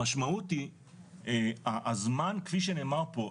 המשמעות היא הזמן כפי שנאמר פה,